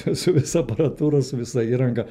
su visa aparatūra su visa įranga